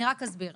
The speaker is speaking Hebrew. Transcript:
אני רק אסביר,